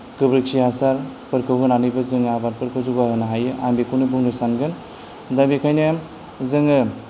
गोबोरखि हासारफोरखौ होनानैबो जोङो आबादफोरखौ जौगाहोनो हायो आं बेखौनो बुंनो सानगोन दा बेखायनो जोङो